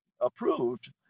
approved